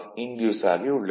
induce ஆகியுள்ளது